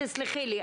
תסלחי לי,